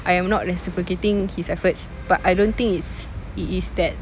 I am not reciprocating his efforts but I don't think it's it is that